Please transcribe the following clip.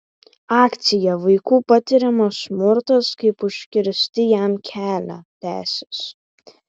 akcija vaikų patiriamas smurtas kaip užkirsti jam kelią tęsis